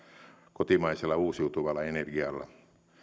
kotimaisella uusiutuvalla energialla